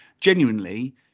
genuinely